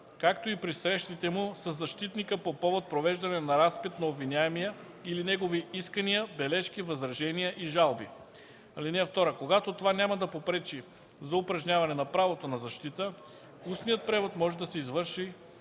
както и при срещите му със защитника по повод провеждане на разпит на обвиняемия или негови искания, бележки, възражения и жалби. (2) Когато това няма да попречи за упражняване на правото на защита, устният превод може да се извърши